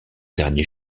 dernier